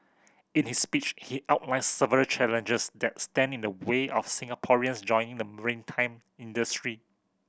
in his speech he outlined several challenges that stand in the way of Singaporeans joining the maritime industry